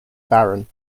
barren